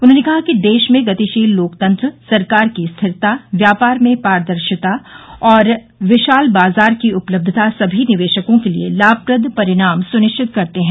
उन्होंने कहा कि देश में गतिशील लोकतंत्र सरकार की स्थिरता व्यवसाय में पारदर्शिता और विशाल बाजार की उपलब्धता सभी निवेशकों के लिए लाभप्रद परिणाम सुनिश्चित करते हैं